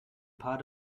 pods